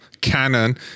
canon